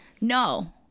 no